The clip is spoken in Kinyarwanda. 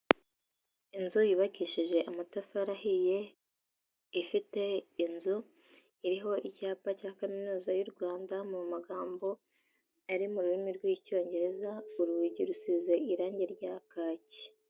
Inzu yubakishije amatafari ahiye, ifite inzu iriho icyapa cya Kaminuza y'u Rwanda, mu magambo ari mu rurimi rw'Icyongereza, urugi rusize irangi rya kaki.